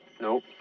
Nope